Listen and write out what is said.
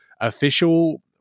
official